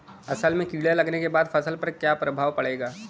असल में कीड़ा लगने के बाद फसल पर क्या प्रभाव पड़ेगा?